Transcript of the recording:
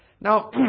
Now